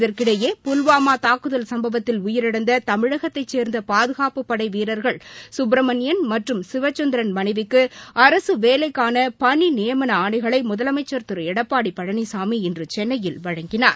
இதற்கிடையே புல்வாமா தாக்குதல் சம்பவத்தில் உயிரிழந்த தமிழகத்தைச் சேர்ந்த பாதுகாப்பு படை வீரர்கள் சுப்ரமணியன் மற்றும் சிவச்சந்திரன் மனைவிக்கு அரசு வேலைக்கான பணி நியமன ஆணைகளை முதலமைச்சர் திரு எடப்பாடி பழனிசாமி இன்று சென்னையில் வழங்கினார்